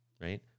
Right